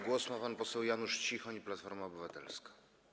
Głos ma pan poseł Janusz Cichoń, Platforma Obywatelska.